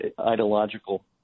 ideological